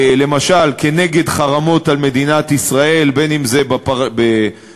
למשל, נגד חרמות על מדינת ישראל, בין שזה של